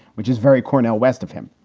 which is very cornell west of him.